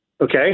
Okay